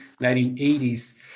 1980s